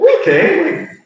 okay